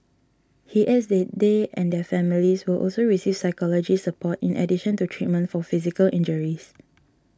he adds that they and their families will also receive psychology support in addition to treatment for physical injuries